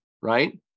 right